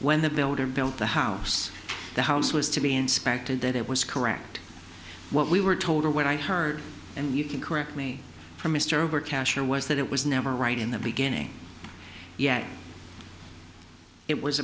when the builder built the house the house was to be inspected that it was correct what we were told or what i heard and you can correct me for mr over cash or was that it was never right in the beginning yet it was